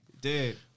Dude